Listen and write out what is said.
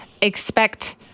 expect